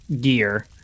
gear